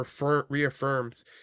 reaffirms